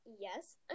yes